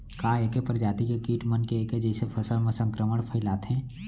का ऐके प्रजाति के किट मन ऐके जइसे फसल म संक्रमण फइलाथें?